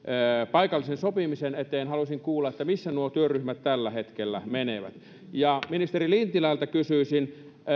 paikallisen sopimisen eteen haluaisin kuulla missä nuo työryhmät tällä hetkellä menevät ja ministeri lintilältä kysyisin